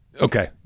Okay